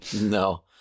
No